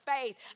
faith